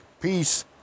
peace